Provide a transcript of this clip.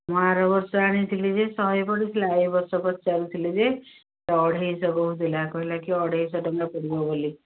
ମୁଁ ଆର ବର୍ଷ ଆଣିଥିଲି ଯେ ଶହେ ପଡ଼ିଥିଲା ଏ ବର୍ଷ ପଚାରୁ ଥିଲି ଯେ ଅଢ଼େଇଶ କହୁଥିଲା କହିଲାକି ଅଢ଼େଇଶ ଟଙ୍କା ପଡ଼ିବ ବୋଲି